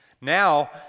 Now